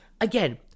again